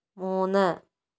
മൂന്ന്